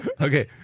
Okay